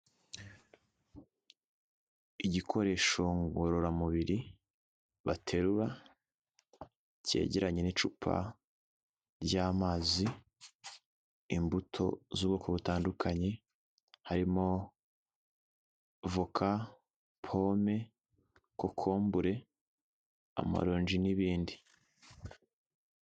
Igikoresho ngororamubiri baterura cyegeranye n'icupa ry'amazi, imbuto z'ubwoko butandukanye harimo, voka, pome, kokombure, amaronji n'ibindi.